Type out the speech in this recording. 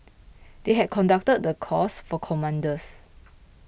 they had conducted the course for commanders